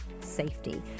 safety